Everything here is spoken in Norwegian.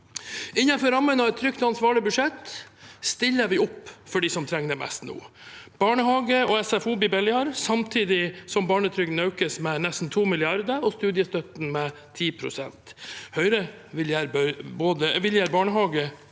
Innenfor rammen av et trygt og ansvarlig budsjett stiller vi opp for dem som trenger det mest nå. Barnehage og SFO blir billigere samtidig som barnetrygden økes med nesten 2 mrd. kr og studiestøtten med 10 pst. Høyre vil gjøre barnehage og